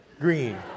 Green